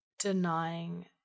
denying